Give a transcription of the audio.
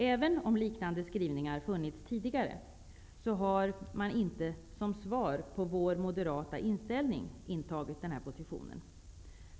Även om liknande skrivningar har funnits tidigare har man inte, som svar på vår moderata inställning, intagit denna position.